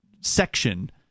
section